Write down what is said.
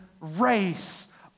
race